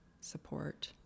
support